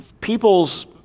people's